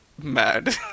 mad